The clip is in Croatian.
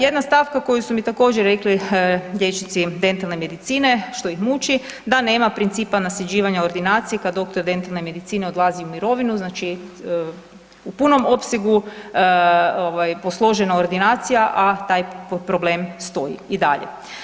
Jedna stavka koju su mi također rekli liječnici dentalne medicine što ih muči da nema principa nasljeđivanja ordinacije kad doktor dentalne medicine odlazi u mirovinu, znači u punom opsegu posložena ordinacija, a taj problem stoji i dalje.